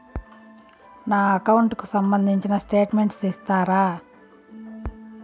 నా అకౌంట్ కు సంబంధించిన స్టేట్మెంట్స్ ఇస్తారా